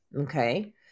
Okay